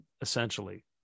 essentially